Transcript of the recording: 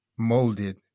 molded